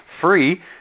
free